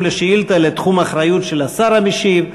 לשאילתה אלא לתחום אחריות של השר המשיב,